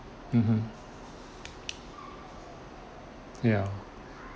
mmhmm ya